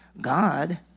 God